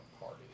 party